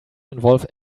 involve